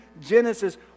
Genesis